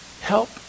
help